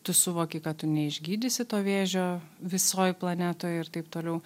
tu suvoki kad tu neišgydysi to vėžio visoj planetoj ir taip toliau